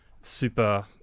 super